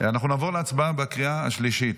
אנחנו נעבור להצבעה בקריאה השלישית.